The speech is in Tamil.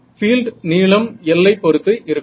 பீல்ட் நீளம் l ஐ பொருத்து இருக்கும்